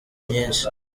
nyinshi